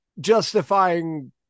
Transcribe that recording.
justifying